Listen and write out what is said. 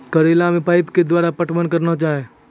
करेला मे पाइप के द्वारा पटवन करना जाए?